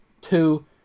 two